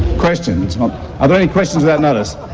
questions. i don't think questions without notice.